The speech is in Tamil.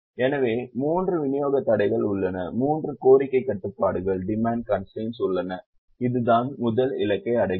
எனவே மூன்று விநியோக தடைகள் உள்ளன மூன்று கோரிக்கைக் கட்டுப்பாடுகள் உள்ளன இதுதான் முதல் இலக்கை அடைகிறது